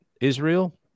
Israel